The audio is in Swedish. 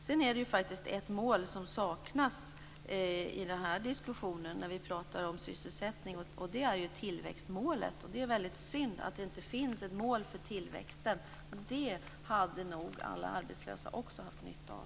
Sedan är det faktiskt ett mål som saknas i den här diskussionen, när vi pratar om sysselsättning, och det är tillväxtmålet. Det är väldigt synd att det inte finns ett mål för tillväxten. Det hade nog alla arbetslösa också haft nytta av.